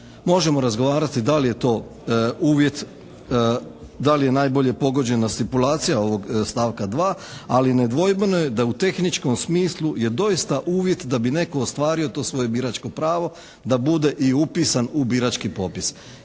Možemo razgovarati da li je to uvjet? Da li je najbolje pogođena stipulacija ovog stavka 2. ali nedvojbeno je da u tehničkom smislu je doista uvid da bi netko ostvario to svoje biračko pravo da bude i upisan u birački popis.